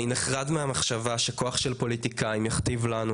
אני נחרד מהמחשבה שכוח של פוליטיקאים יכתיב לנו,